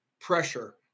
pressure